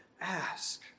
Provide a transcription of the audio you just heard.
Ask